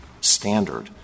standard